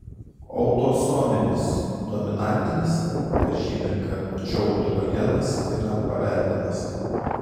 autosominis dominantinis pažymi kad čiaudulio genas yra paveldimas